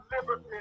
liberty